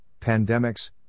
pandemics